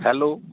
hello